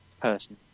person